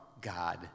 God